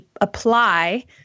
apply